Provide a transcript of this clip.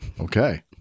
Okay